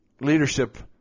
leadership